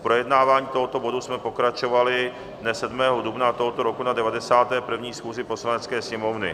V projednávání tohoto bodu jsme pokračovali dne 7. dubna tohoto roku na 91. schůzi Poslanecké sněmovny.